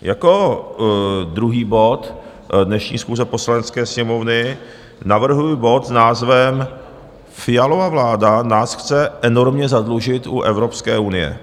Jako druhý bod dnešní schůze Poslanecké sněmovny navrhuji bod s názvem Fialova vláda nás chce enormně zadlužit u Evropské unie.